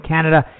Canada